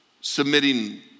submitting